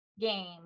game